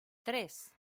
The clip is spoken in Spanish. tres